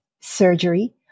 surgery